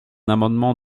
amendement